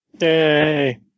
Yay